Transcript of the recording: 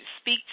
speak